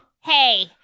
Hey